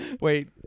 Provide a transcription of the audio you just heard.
wait